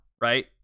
right